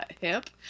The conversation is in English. hip